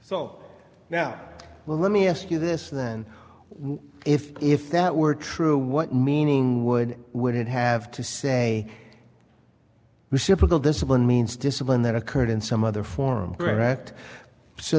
now well let me ask you this then if if that were true what meaning would would it have to say reciprocal discipline means discipline that occurred in some other form graft so